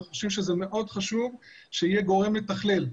אנחנו חושבים שמאוד חשוב שיהיה גורם מתכלל.